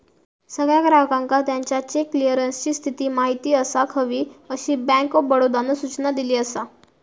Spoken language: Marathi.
सगळ्या ग्राहकांका त्याच्या चेक क्लीअरन्सची स्थिती माहिती असाक हवी, अशी बँक ऑफ बडोदानं सूचना दिली असा